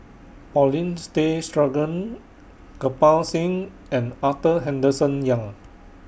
Paulin Tay Straughan Kirpal Singh and Arthur Henderson Young